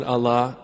Allah